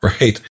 right